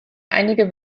einige